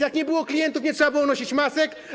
Jak nie było klientów, nie trzeba było nosić masek.